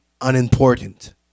unimportant